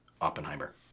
Oppenheimer